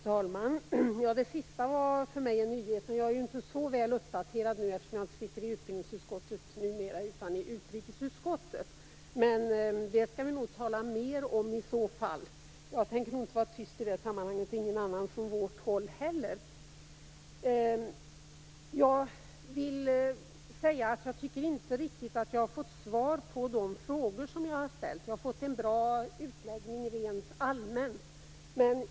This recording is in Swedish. Fru talman! Det sista var en nyhet för mig. Jag är inte så väl uppdaterad numera, eftersom jag inte sitter i utbildningsutskottet utan i utrikesutskottet. Det skall vi nog tala mer om i så fall. Jag tänker inte vara tyst i det sammanhanget, och inte heller någon annan från vårt håll. Jag tycker inte att jag har fått svar på de frågor jag har ställt. Jag har fått en bra utläggning rent allmänt.